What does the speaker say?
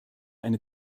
eine